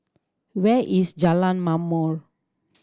where is Jalan Ma'mor